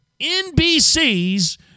NBC's